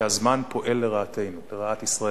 שהזמן פועל לרעתנו, לרעת ישראל,